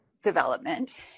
development